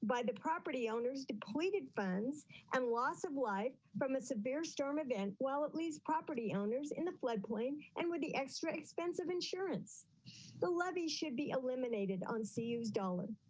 by the property owners depleted funds and loss of life from a severe storm event. well, at least property owners in the floodplain and with the extra expensive insurance. lynn the levy should be eliminated on. see us dollar.